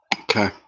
Okay